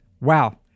Wow